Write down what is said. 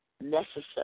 Necessary